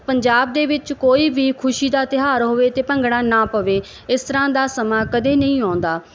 ਪੰਜਾਬ ਦੇ ਵਿੱਚ ਕੋਈ ਵੀ ਖੁਸ਼ੀ ਦਾ ਤਿਉਹਾਰ ਹੋਵੇ ਅਤੇ ਭੰਗੜਾ ਨਾ ਪਵੇ ਇਸ ਤਰ੍ਹਾਂ ਦਾ ਸਮਾਂ ਕਦੇ ਨਹੀਂ ਆਉਂਦਾ